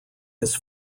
his